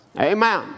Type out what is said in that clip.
Amen